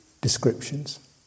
descriptions